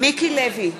מיקי לוי,